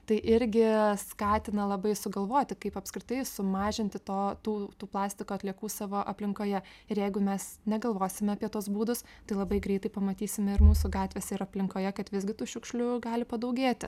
tai irgi skatina labai sugalvoti kaip apskritai sumažinti to tų tų plastiko atliekų savo aplinkoje ir jeigu mes negalvosim apie tuos būdus tai labai greitai pamatysime ir mūsų gatvėse ir aplinkoje kad visgi tų šiukšlių gali padaugėti